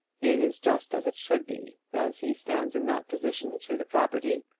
it is just as it should be, as he stands in that position to the property.